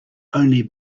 only